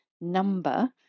number